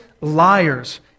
liars